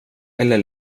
eller